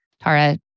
Tara